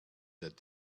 that